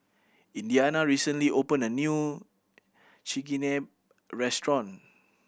Indiana recently opened a new Chigenabe Restaurant